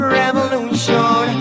revolution